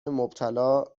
مبتلا